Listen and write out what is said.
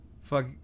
Fuck